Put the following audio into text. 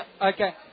Okay